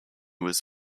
was